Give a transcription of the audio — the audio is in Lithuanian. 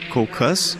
kol kas